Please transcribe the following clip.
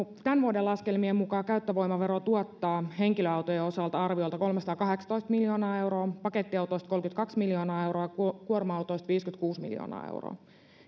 tämän vuoden laskelmien mukaan käyttövoimavero tuottaa henkilöautojen osalta arviolta kolmesataakahdeksantoista miljoonaa euroa pakettiautoista kolmekymmentäkaksi miljoonaa euroa ja kuorma autoista viisikymmentäkuusi miljoonaa euroa